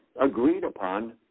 agreed-upon